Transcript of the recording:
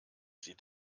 sie